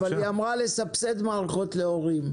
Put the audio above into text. אבל היא אמרה לסבסד מערכות להורים,